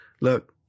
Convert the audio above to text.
Look